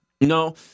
No